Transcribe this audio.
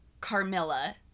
Carmilla